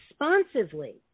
responsively